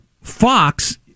Fox